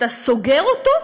אתה סוגר אותו,